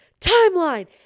timeline